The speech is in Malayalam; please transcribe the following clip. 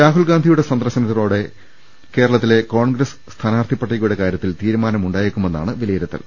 രാഹുൽഗാന്ധിയുടെ സന്ദർശനത്തോടെ കേരളത്തിലെ കോൺഗ്രസ് സ്ഥാനാർത്ഥി പട്ടികയുടെ കാര്യത്തിൽ തീരുമാനമായേക്കു മെന്നാണ് വിലയിരുത്തൽ